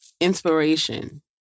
inspiration